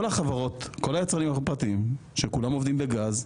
כל היצרנים הפרטיים שעובדים בגז,